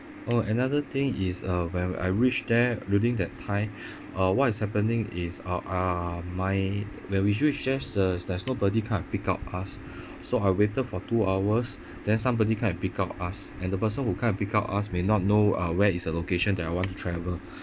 oh another thing is uh when I reached there during that time uh what is happening is uh uh my when we reached there's there's nobody come and pick up us so I waited for two hours then somebody come and pick up us and the person who come and pick up us may not know uh where is the location that I want to travel